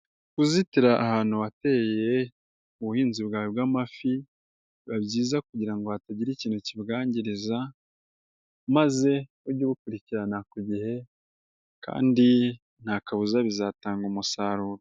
Kuzitira ahantu wateye ubuhinzi bwawe bw'amafi, biba byiza kugira ngo hatagira ikintu kibwangiriza maze ujye ukurikirana ku igihe kandi nta kabuza bizatanga umusaruro.